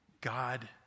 God